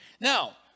Now